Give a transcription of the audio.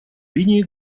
линии